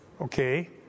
okay